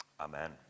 Amen